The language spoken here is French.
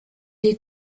est